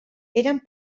eren